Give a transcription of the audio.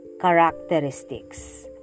characteristics